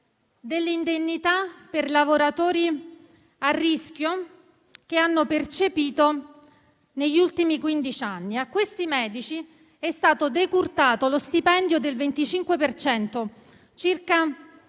dell'indennità per lavoratori a rischio che hanno percepito negli ultimi quindici anni. A questi medici convenzionati è stato decurtato lo stipendio del 25 per